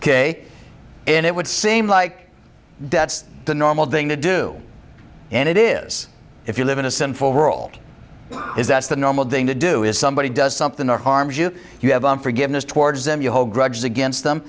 ok and it would seem like that's the normal thing to do and it is if you live in a sinful world is that's the normal thing to do is somebody does something or harms you you have unforgiveness towards them you hold grudges against them